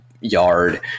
yard